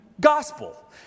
gospel